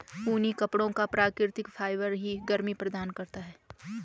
ऊनी कपड़ों का प्राकृतिक फाइबर ही गर्मी प्रदान करता है